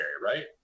right